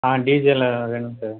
ஆ டீஜேலாம் வே வேணும்ங்க சார்